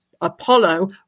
Apollo